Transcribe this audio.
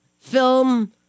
film